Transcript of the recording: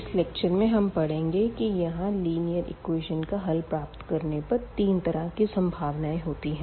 इस लेक्चर में हम पढ़ेंगे कि यहाँ लिनीयर एकवेशन का हल प्राप्त करने पर तीन तरह की संभावनाएं होती है